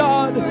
God